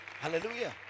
hallelujah